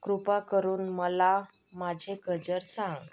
कृपा करून मला माझे गजर सांग